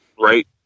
Right